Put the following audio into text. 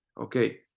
Okay